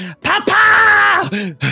Papa